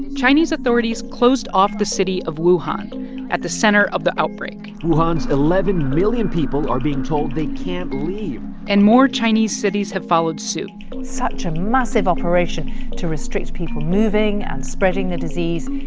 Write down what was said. and chinese authorities closed off the city of wuhan at the center of the outbreak wuhan's eleven million people are being told they can't leave and more chinese cities have followed suit such a massive operation to restrict people moving and spreading the disease.